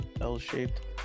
L-shaped